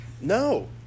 no